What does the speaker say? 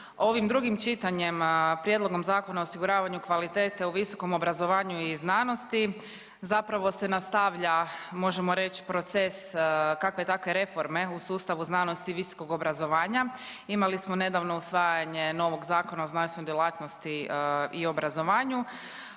Ovim drugim čitanjem prijedloga zakona o osiguravanju kvalitete u visokom obrazovanju i znanosti zapravo se nastavlja možemo reći proces kakve takve reforme u sustavu znanosti, visokog obrazovanja. Imali smo nedavno usvajanje novog Zakona o znanstvenoj djelatnosti i obrazovanju.